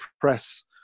press